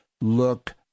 look